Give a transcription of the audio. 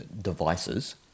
devices